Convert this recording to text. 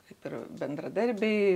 kaip ir bendradarbiai